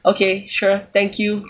okay sure thank you